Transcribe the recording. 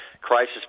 crisis